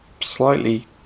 slightly